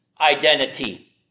identity